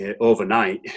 overnight